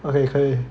那也可以